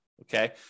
Okay